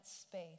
space